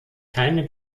keine